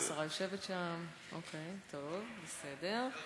אה, השרה יושבת שם, אוקיי, טוב, בסדר.